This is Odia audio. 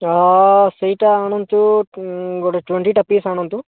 ସେଇଟା ଆଣନ୍ତୁ ଗୋଟେ ଟ୍ୱୋଣ୍ଟିଟା ପିସ୍ ଆଣନ୍ତୁ